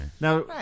Now